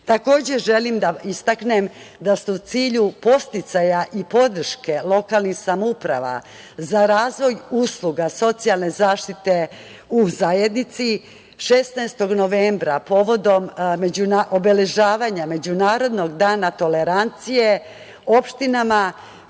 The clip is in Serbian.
pomoć. Takođe želim da istaknem da ste u cilju podsticaja i podrške lokalnih samouprava za razvoj usluga socijalne zaštite u zajednici 16. novembra, povodom obeležavanja Međunarodnog dana tolerancije, opštinama